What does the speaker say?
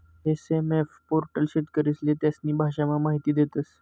SMF portal शेतकरीस्ले त्यास्नी भाषामा माहिती देस